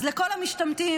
אז לכל המשתמטים,